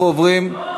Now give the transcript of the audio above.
אנחנו עוברים,